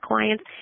clients